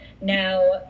now